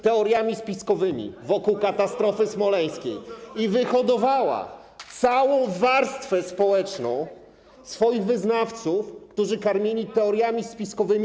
teoriami spiskowymi wokół katastrofy smoleńskiej i wyhodowała całą warstwę społeczną swoich wyznawców, którzy karmieni teoriami spiskowymi.